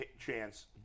chance